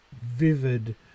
vivid